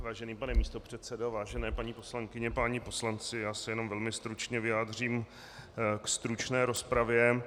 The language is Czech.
Vážený pane místopředsedo, vážené paní poslankyně, páni poslanci, já se jenom velmi stručně vyjádřím k stručné rozpravě.